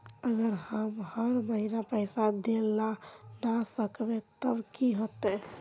अगर हम हर महीना पैसा देल ला न सकवे तब की होते?